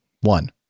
One